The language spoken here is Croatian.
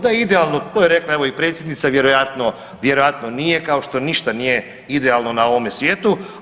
Da je idealno to je rekla evo i predsjednica vjerojatno nije kao što ništa nije idealno na ovome svijetu.